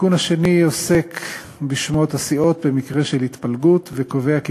התיקון השני עוסק בשמות הסיעות במקרה של התפלגות וקובע כי